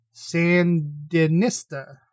Sandinista